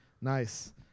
Nice